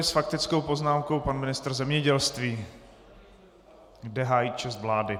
S faktickou poznámkou pan ministr zemědělství jde hájit čest vlády.